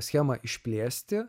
schemą išplėsti